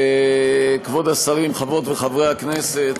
כבוד השרים, חברות וחברי הכנסת,